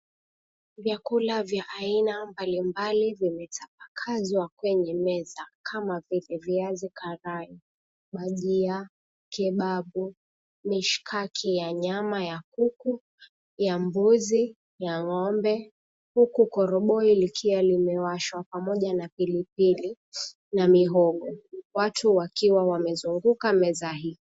Vyakula vya aina mbalimbali, vimetapakazwa kwenye meza kama vile; viazi karai, bajia, kebabu, mishikaki ya nyama ya kuku, ya mbuzi ya ng'ombe. Huku koroboi likiwa limewashwa. Pamoja na pilipili na mihogo. Watu wakiwa wamezunguka meza hii.